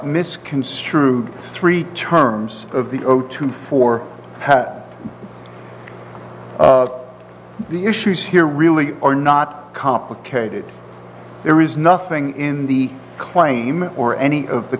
misconstrued three terms of the otu for pat the issues here really are not complicated there is nothing in the claim or any of the